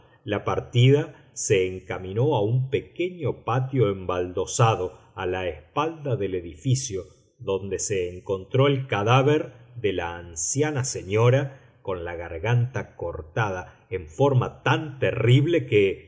la partida se encaminó a un pequeño patio embaldosado a la espalda del edificio donde se encontró el cadáver de la anciana señora con la garganta cortada en forma tan terrible que